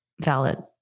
valid